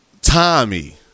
Tommy